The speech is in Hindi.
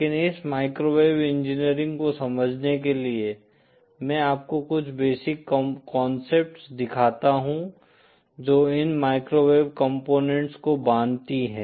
लेकिन इस माइक्रोवेव इंजीनियरिंग को समझने के लिए मैं आपको कुछ बेसिक कॉन्सेप्ट्स दिखाता हूं जो इन माइक्रोवेव कंपोनेंट्स को बांधती हैं